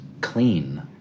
clean